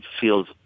feels